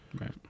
right